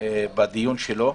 בדיון שלו.